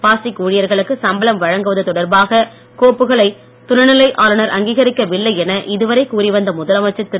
பாசிக் ஊழியர்களுக்கு சம்பளம் வழங்குவது தொடர்பாக கோப்புக்களை துணைநிலை ஆளுனர் அங்கீகரிக்கவில்லை என இதுவரை கூறிவந்த முதலமைச்சர் திரு